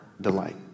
delight